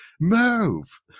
move